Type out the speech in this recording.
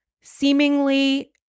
seemingly